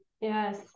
yes